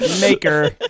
Maker